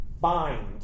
bind